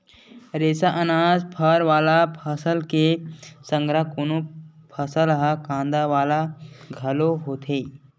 रेसा, अनाज, फर वाला फसल के संघरा कोनो फसल ह कांदा वाला घलो होथे